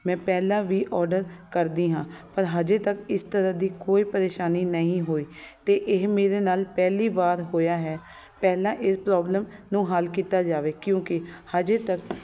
ਮੈਂ ਪਹਿਲਾਂ ਵੀ ਔਰਡਰ ਕਰਦੀ ਹਾਂ ਪਰ ਅਜੇ ਤੱਕ ਇਸ ਤਰ੍ਹਾਂ ਕੋਈ ਪਰੇਸ਼ਾਨੀ ਨਹੀਂ ਹੋਈ ਅਤੇ ਇਹ ਮੇਰੇ ਨਾਲ ਪਹਿਲੀ ਵਾਰ ਹੋਇਆ ਹੈ ਪਹਿਲਾਂ ਇਸ ਪ੍ਰੋਬਲਮ ਨੂੰ ਹੱਲ ਕੀਤਾ ਜਾਵੇ ਕਿਉਂਕਿ ਅਜੇ ਤੱਕ